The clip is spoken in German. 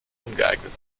ungeeignet